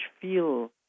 feel